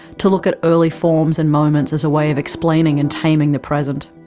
to look at early forms and moments as a way of explaining and taming the present.